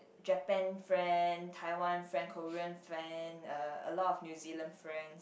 Japan friends Taiwan friends and Korean friends and a lot of New-Zealand friends